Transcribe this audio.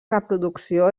reproducció